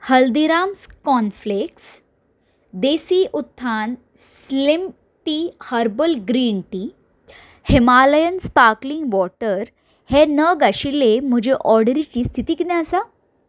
Haldiram's cornflakes Desi Utthan slim tea herbal green tea Himalayan sparkling water हे नग आशिल्ले म्हजे ऑर्डरीची स्थिती कितें आसा